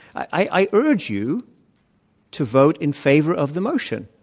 i urge you to vote in favor of the motion,